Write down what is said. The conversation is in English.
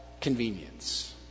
convenience